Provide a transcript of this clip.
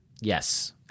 Yes